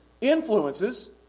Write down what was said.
influences